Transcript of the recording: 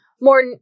more